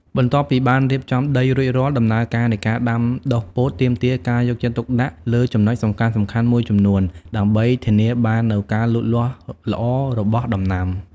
បន្ទាប់ពីបានរៀបចំដីរួចរាល់ ដំណើរការនៃការដាំដុះពោតទាមទារការយកចិត្តទុកដាក់លើចំណុចសំខាន់ៗមួយចំនួនដើម្បីធានាបាននូវការលូតលាស់ល្អរបស់ដំណាំ។